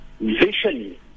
Vision